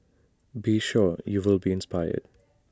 be sure you'll be inspired